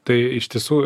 tai iš tiesų